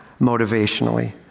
motivationally